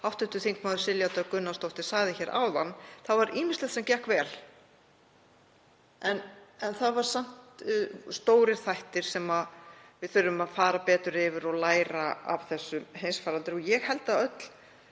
og hv. þm. Silja Dögg Gunnarsdóttir sagði áðan var ýmislegt sem gekk vel. En það eru samt stórir þættir sem við þurfum að fara betur yfir og læra af þessum heimsfaraldri. Ég held að öll